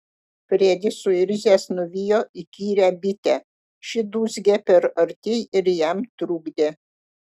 fredis suirzęs nuvijo įkyrią bitę ši dūzgė per arti ir jam trukdė